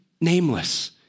nameless